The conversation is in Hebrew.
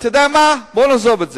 אתה יודע מה, בוא נעזוב את זה.